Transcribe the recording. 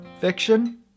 fiction